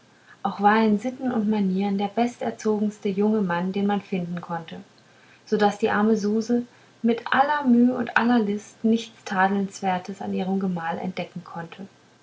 auch war er in sitten und manieren der besterzogenste junge mann den man finden konnte so daß die arme suse mit aller müh und aller list nichts tadelnswertes an ihre gemahl entdecken konnte